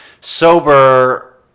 sober